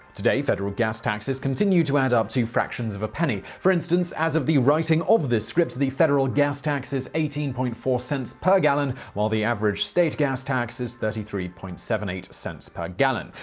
today, federal gas taxes continue to add up to fractions of a penny. for instance, as of the writing of this script, the federal gas tax is eighteen point four cents per gallon while the average state gas tax is thirty three point seven eight cents per gallon.